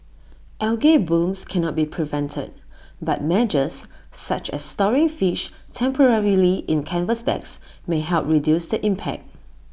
algal blooms cannot be prevented but measures such as storing fish temporarily in canvas bags may help reduce the impact